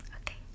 Okay